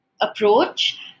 approach